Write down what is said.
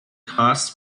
costs